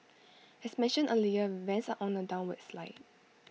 as mentioned earlier rents are on A downward slide